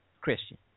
Christian